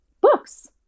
books